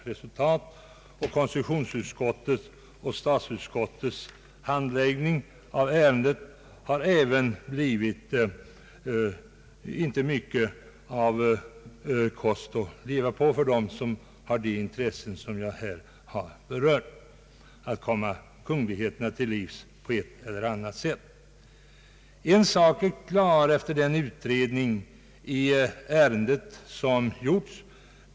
Inte heller konstitutionsutskottets och statsutskottets handläggning av ärendet har gett mycket av kost att leva på för dem som har de intressen som jag här har antytt när det gäller att komma kungligheterna till livs på ett eller annat sätt. En sak är emellertid klar efter den utredning i ärendet som har gjorts.